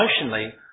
emotionally